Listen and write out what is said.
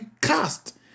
cast